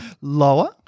Lower